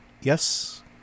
Yes